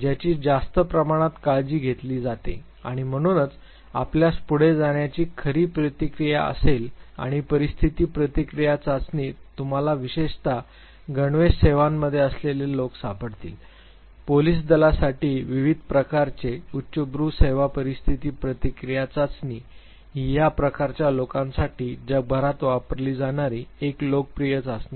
ज्याची जास्त प्रमाणात काळजी घेतली जाते आणि म्हणूनच आपल्यास पुढे जाण्याची खरी प्रतिक्रिया असेल आणि परिस्थिती प्रतिक्रिया चाचणीत तुम्हाला विशेषत गणवेश सेवांमध्ये असलेले लोक सापडतील पोलिस दलासाठी विविध प्रकारचे उच्चभ्रू सेवा परिस्थिती प्रतिक्रिया चाचणी ही या प्रकारच्या लोकांसाठी जगभरात वापरली जाणारी एक लोकप्रिय चाचणी आहे